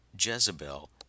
Jezebel